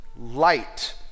light